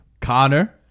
Connor